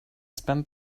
spent